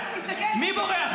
תסתכל --- מי בורח?